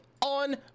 on